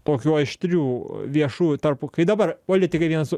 tokių aštrių viešų tarp kai dabar politikai vienas